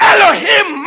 Elohim